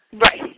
Right